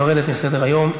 יורדת מסדר-היום.